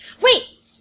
Wait